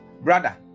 brother